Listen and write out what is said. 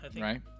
Right